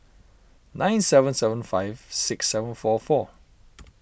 nine seven seven five six seven four four